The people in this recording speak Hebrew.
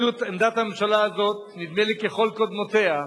עמדת הממשלה הזאת, נדמה לי ככל קודמותיה,